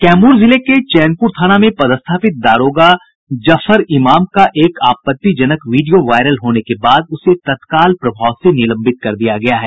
कैमूर जिले के चैनपुर थाना में पदस्थापित दारोगा जफर इमाम का एक आपत्तिजनक वीडियो वायरल होने के बाद उसे तत्काल प्रभाव से निलंबित कर दिया गया है